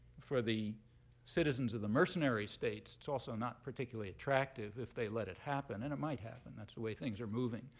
for the citizens of the mercenary states, it's also not particularly attractive if they let it happen. and it might happen. that's way things are moving.